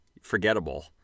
forgettable